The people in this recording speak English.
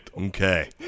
Okay